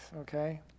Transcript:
okay